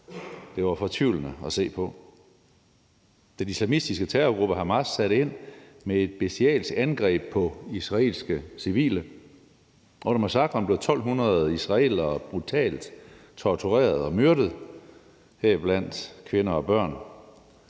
Det var fortvivlende at se på. Den islamistiske terrorgruppe Hamas satte ind med et bestialsk angreb på israelske civile, og under massakren blev 1.200 israelere brutalt tortureret og myrdet, heriblandt kvinder og børn,